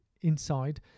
inside